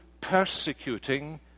persecuting